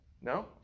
No